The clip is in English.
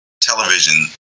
television